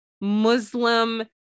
Muslim